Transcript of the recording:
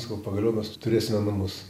sakau pagaliau mes turėsime namus